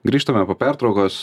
grįžtame po pertraukos